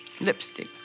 Lipstick